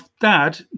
dad